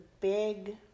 big